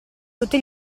tutti